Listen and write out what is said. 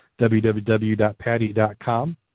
www.patty.com